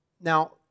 Now